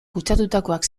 kutsatutakoak